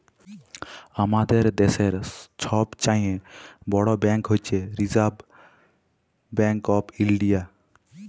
আমাদের দ্যাশের ছব চাঁয়ে বড় ব্যাংক হছে রিসার্ভ ব্যাংক অফ ইলডিয়া